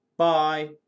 Bye